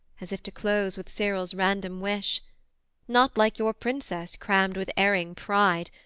as if to close with cyril's random wish not like your princess crammed with erring pride,